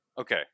Okay